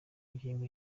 ingingo